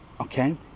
Okay